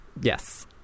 Yes